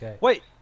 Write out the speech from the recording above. Wait